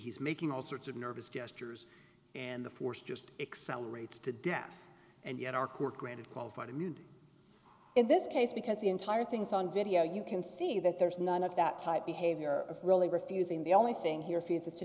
he's making all sorts of nervous castors and the force just excel rates to death and yet our court granted qualified immunity in this case because the entire things on video you can see that there is none of that type behavior of really refusing the only thing he re